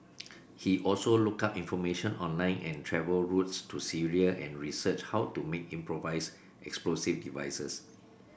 he also looked up information online an travel routes to Syria and researched how to make improvised explosive devices